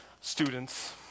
Students